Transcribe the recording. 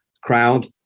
crowd